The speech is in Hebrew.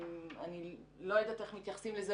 ואני לא יודעת איך מתייחסים לזה,